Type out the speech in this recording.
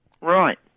Right